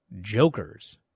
jokers